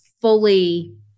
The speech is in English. fully